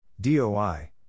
DOI